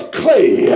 clay